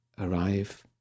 arrive